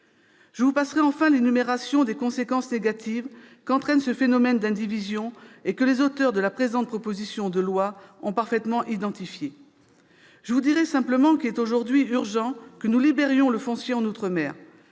Je vous passerai enfin l'énumération des conséquences négatives qu'entraîne ce phénomène d'indivision et que les auteurs de la présente proposition de loi ont parfaitement identifiées. Je vous dirai simplement qu'il est aujourd'hui urgent que nous libérions le foncier en outre-mer.